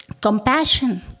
compassion